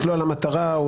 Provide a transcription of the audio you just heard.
לקלוע למטרה,